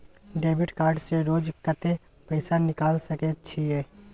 Debit card से रोज कत्ते पैसा निकाल सके छिये?